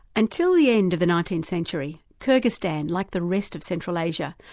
until the end of the nineteenth century, kyrgyzstan, like the rest of central asia,